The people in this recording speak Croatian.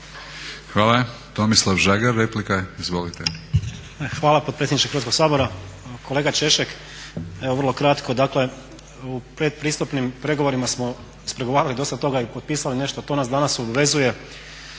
Hvala. Tomislav Žagar replika. Izvolite. **Žagar, Tomislav (SDP)** Hvala potpredsjedniče Hrvatskog sabora. Kolega Češek, evo vrlo kratko, dakle u pretpristupnim pregovorima smo ispregovarali dosta toga i potpisali nešto, to nas danas obvezuje